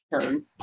turn